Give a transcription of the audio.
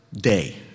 day